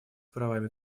правами